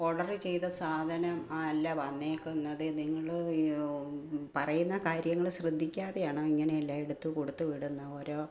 order ചെയ്ത സാധനം അല്ല വന്നേക്കുന്നത് നിങ്ങൾ പറയുന്ന കാര്യങ്ങൾ ശ്രദ്ധിക്കാതെയാണോ ഇങ്ങനെയെല്ലാം എടുത്ത് കൊടുത്ത് വിടുന്നത് ഓരോ